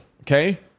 Okay